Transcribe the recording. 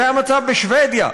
זה המצב בשבדיה.